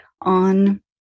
on